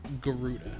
Garuda